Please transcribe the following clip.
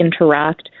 interact